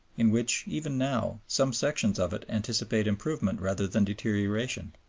in which, even now, some sections of it anticipate improvement rather than deterioration.